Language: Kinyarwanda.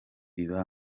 biba